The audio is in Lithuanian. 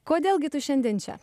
kodėl gi tu šiandien čia